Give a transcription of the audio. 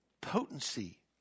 potency